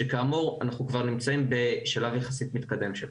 שכאמור אנחנו כבר נמצאים בשלב יחסית מתקדם שלו.